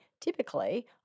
typically